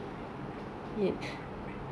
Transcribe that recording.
change the world make the world more better